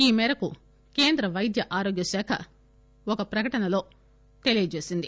ఈ మేరకు కేంద్ర వైద్య ఆరోగ్య శాఖ ఒక ప్రకటనలో తెలిపింది